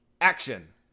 action